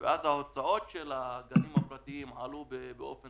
וההוצאות של הגנים הפרטיים עלו באופן